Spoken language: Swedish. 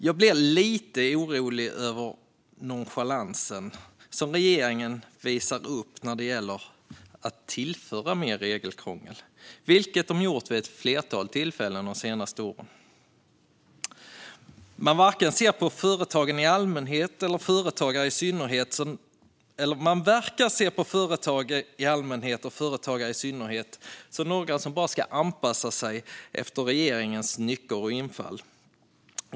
Jag blir lite orolig över nonchalansen som regeringen har visat när det gäller att tillföra mer regelkrångel, vilket den har gjort vid ett flertal tillfällen de senaste åren. Man verkar se på företagen i allmänhet eller företagare i synnerhet som några som bara ska anpassa sig efter regeringens nycker och infall.